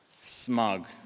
smug